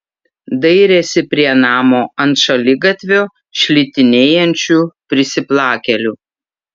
dairėsi prie namo ant šaligatvio šlitinėjančių prisiplakėlių